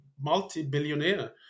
multi-billionaire